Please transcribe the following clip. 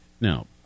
Now